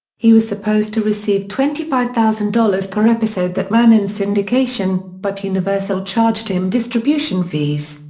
he was supposed to receive twenty five thousand dollars per episode that ran in syndication, but universal charged him distribution fees.